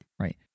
Right